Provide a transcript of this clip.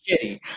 shitty